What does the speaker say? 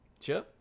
sure